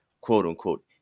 quote-unquote